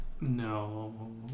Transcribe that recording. No